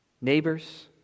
neighbors